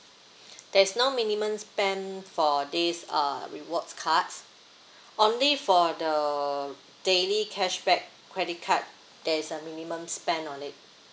there's no minimum spend for this uh rewards card only for the daily cashback credit card there is a minimum spend on it